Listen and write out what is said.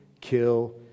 kill